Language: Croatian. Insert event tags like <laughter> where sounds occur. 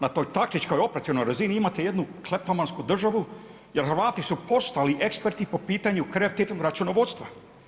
Na toj taktičkoj, operativnoj razini imate jednu kleptomansku državu, jer Hrvati su postali eksperti po pitanju … <unintelligible> računovodstva.